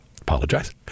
apologize